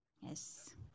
Yes